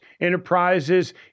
Enterprises